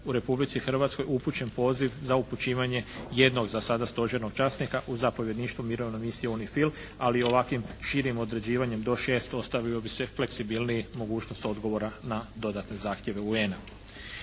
u Republici Hrvatskoj upućen poziv za upućivanje jednog za sada stožernog časnika u zapovjedništvo Mirovne misije UNIFIL ali ovakvim širim određivanjem do 6 ostavio bi se fleksibilniji mogućnost odgovora na dodatne zahtjeve UN-a.